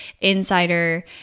insider